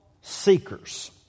seekers